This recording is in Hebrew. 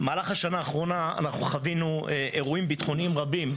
במהלך השנה האחרונה אנחנו חווינו אירועים ביטחוניים רבים,